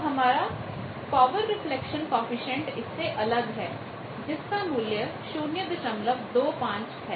तो हमारा power reflection coefficient इससे अलग है जिसका मूल्य 025 है